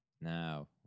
Now